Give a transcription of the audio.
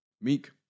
Meek